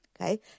okay